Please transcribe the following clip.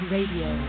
Radio